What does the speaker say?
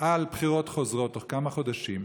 על בחירות חוזרות בתוך כמה חודשים,